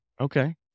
Okay